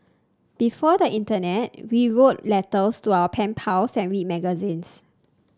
before the internet we wrote letters to our pen pals and read magazines